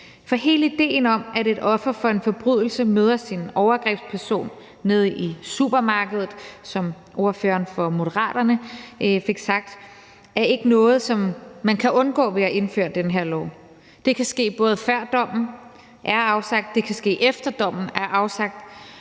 For hele idéen om, at et offer for en forbrydelse møder sin overgrebsperson nede i supermarkedet, som ordføreren for Moderaterne fik sagt, er ikke noget, som man kan undgå ved at indføre den her lov. Det kan både ske, før dommen er afsagt, og det kan ske, efter dommen er afsagt.